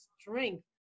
strength